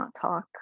talk